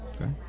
Okay